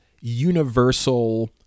universal